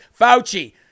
Fauci